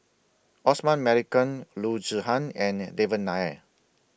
Osman Merican Loo Zihan and Devan Nair